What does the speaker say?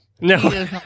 No